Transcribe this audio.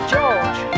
George